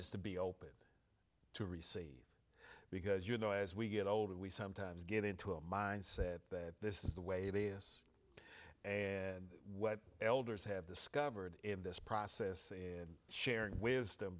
is to be open to receive because you know as we get older we sometimes get into a mindset that this is the way it is and what elders have discovered in this process in sharing wi